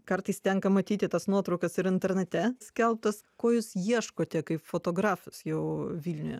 kartais tenka matyti tas nuotraukas ir internate skelbtas ko jūs ieškote kaip fotografas jau vilniuje